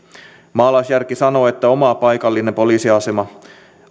maalaisjärki sanoo että oma paikallinen poliisiasema